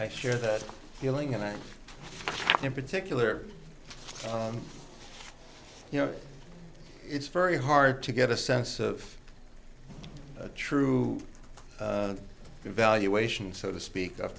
i share that feeling and i'm in particular you know it's very hard to get a sense of a true evaluation so to speak of